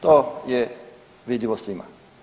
To je vidljivo svima.